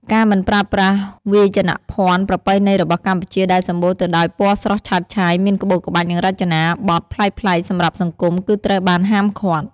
ការមិនប្រើប្រាស់វាយនភ័ណ្ឌប្រពៃណីរបស់កម្ពុជាដែលសម្បូរទៅដោយពណ៌ស្រស់ឆើតឆាយ មានក្បូរក្បាច់ និងរចនាបទប្លែកៗសម្រាប់សង្គម គឺត្រូវបានហាម់ឃាត់។